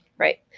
Right